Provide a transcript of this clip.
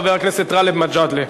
חבר הכנסת גאלב מג'אדלה.